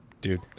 dude